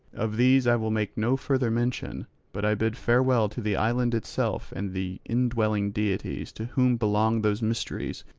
of these i will make no further mention but i bid farewell to the island itself and the indwelling deities, to whom belong those mysteries,